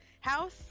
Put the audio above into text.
house